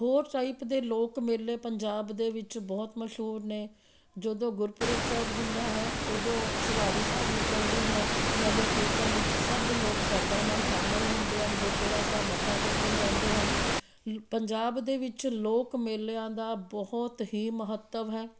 ਹੋਰ ਟਾਈਪ ਦੇ ਲੋਕ ਮੇਲੇ ਪੰਜਾਬ ਦੇ ਵਿੱਚ ਬਹੁਤ ਮਸ਼ਹੂਰ ਨੇ ਜਦੋਂ ਗੁਰਪੁਰਬ ਸਾਹਿਬ ਹੁੰਦਾ ਹੈ ਉਦੋਂ ਸਵਾਰੀ ਸਾਹਿਬ ਨਿਕਲਦੀ ਹੈ ਨਗਰ ਕੀਰਤਨ ਵਿੱਚ ਸਭ ਲੋਕ ਸ਼ਰਧਾ ਨਾਲ ਸ਼ਾਮਿਲ ਹੁੰਦੇ ਹਨ ਗੁਰਦੁਆਰਾ ਸਾਹਿਬ ਮੱਥਾ ਟੇਕਣ ਜਾਂਦੇ ਹਨ ਪੰਜਾਬ ਦੇ ਵਿੱਚ ਲੋਕ ਮੇਲਿਆਂ ਦਾ ਬਹੁਤ ਹੀ ਮਹੱਤਵ ਹੈ